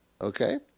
Okay